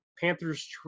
Panthers